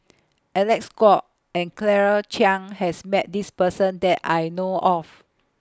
Alec Kuok and Claire Chiang has Met This Person that I know of